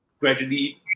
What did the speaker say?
gradually